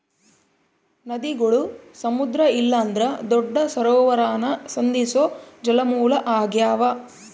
ನದಿಗುಳು ಸಮುದ್ರ ಇಲ್ಲಂದ್ರ ದೊಡ್ಡ ಸರೋವರಾನ ಸಂಧಿಸೋ ಜಲಮೂಲ ಆಗ್ಯಾವ